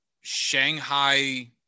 Shanghai